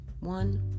one